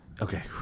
Okay